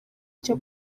cyo